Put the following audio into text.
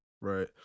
right